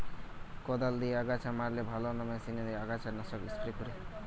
কদাল দিয়ে আগাছা মারলে ভালো না মেশিনে আগাছা নাশক স্প্রে করে?